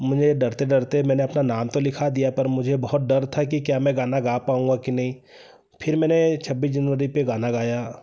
मैंने डरते डरते मैंने अपना नाम तो लिखा दिया पर मुझे बहुत डर था कि क्या मैं गाना गा पाऊँगा कि नहीं फिर मैंने छब्बीस जनवरी पर गाना गाया